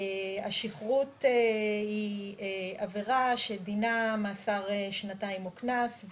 השכרות היא עבירה שדינה מאסר שנתיים או קנס.